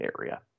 area